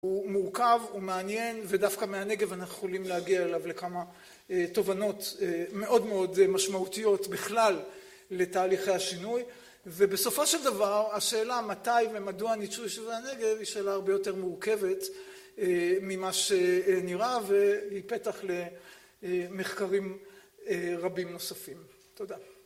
הוא מורכב, הוא מעניין, ודווקא מהנגב אנחנו יכולים להגיע אליו לכמה תובנות מאוד מאוד משמעותיות בכלל לתהליכי השינוי, ובסופו של דבר, השאלה מתי ומדוע ניטשו ישובי הנגב, היא שאלה הרבה יותר מורכבת ממה שנראה והיא פתח למחקרים רבים נוספים. תודה.